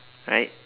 right